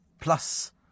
Plus